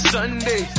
Sunday